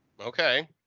Okay